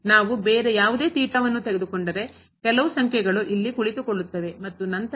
ನಾವು ಬೇರೆ ಯಾವುದೇ ಥೀಟಾವನ್ನು ತೆಗೆದುಕೊಂಡರೆ ಕೆಲವು ಸಂಖ್ಯೆಗಳು ಇಲ್ಲಿ ಕುಳಿತುಕೊಳ್ಳುತ್ತವೆ ಮತ್ತು ನಂತರ